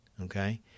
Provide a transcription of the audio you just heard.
okay